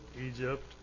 Egypt